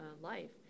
Life